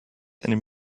einem